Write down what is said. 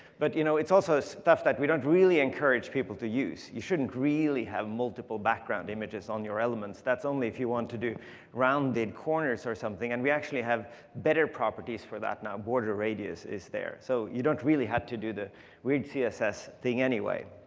but you know it's also stuff that we don't really encourage people to use. you shouldn't really have multiple background images on your elements. that's only if you want to do rounded corners or something. and we actually have to better properties for that now. border radius is there. so you don't really have to do the weird css thing anyway.